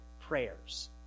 prayers